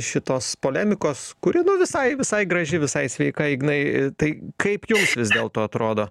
šitos polemikos kuri na visai visai graži visai sveika ignai tai kaip jums vis dėlto atrodo